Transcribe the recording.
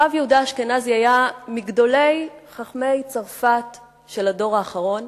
הרב יהודה אשכנזי היה מגדולי חכמי צרפת של הדור האחרון,